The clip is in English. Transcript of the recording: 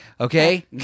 Okay